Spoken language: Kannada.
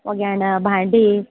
ಹೊಗ್ಯಾಣಾ ಬಾಂಡೀ